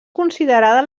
considerada